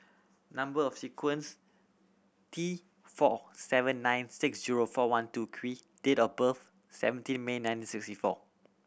number of sequence T four seven nine six zero four one two Q date of birth seventeen May nineteen sixty four